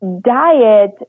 diet